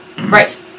Right